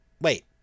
Wait